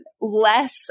less